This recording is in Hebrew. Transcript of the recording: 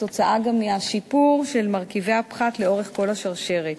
כתוצאה משיפור של מרכיבי הפחת לאורך כל השרשרת.